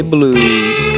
Blues